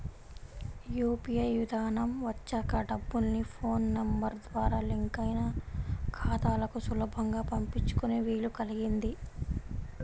UPI విధానం వచ్చాక డబ్బుల్ని ఫోన్ నెంబర్ ద్వారా లింక్ అయిన ఖాతాలకు సులభంగా పంపించుకునే వీలు కల్గింది